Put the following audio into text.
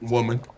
Woman